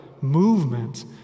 movement